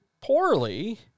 poorly